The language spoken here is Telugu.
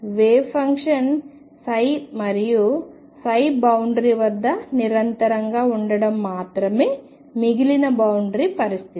వేవ్ ఫంక్షన్ మరియు బౌండరీ వద్ద నిరంతరంగా ఉండటం మాత్రమే మిగిలిన బౌండరీ పరిస్థితి